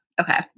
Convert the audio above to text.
Okay